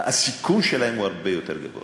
הסיכון לבריאות שלהם הוא הרבה יותר גדול.